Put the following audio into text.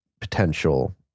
potential